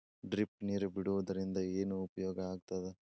Drip ನೇರ್ ಬಿಡುವುದರಿಂದ ಏನು ಉಪಯೋಗ ಆಗ್ತದ?